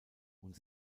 und